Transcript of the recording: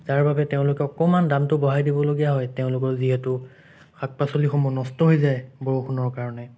যাৰবাবে তেওঁলোকে অকণমান দামটো বঢ়াই দিবলগীয়া হয় তেওঁলোকৰ যিহেতু শাক পাচলিসমূহ নষ্ট হৈ যায় বৰষুণৰ কাৰণে